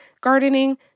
gardening